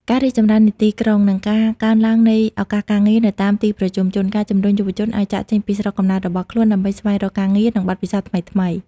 ការរីកចម្រើននៃទីក្រុង និងការកើនឡើងនៃឱកាសការងារនៅតាមទីប្រជុំជន បានជំរុញយុវជនឱ្យចាកចេញពីស្រុកកំណើតរបស់ខ្លួន ដើម្បីស្វែងរកការងារ និងបទពិសោធន៍ថ្មីៗ។